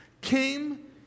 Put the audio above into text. came